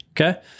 Okay